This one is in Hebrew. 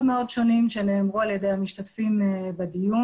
מאוד שונים שנאמרו על ידי המשתתפים בדיון,